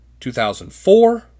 2004